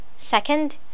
Second